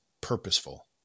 purposeful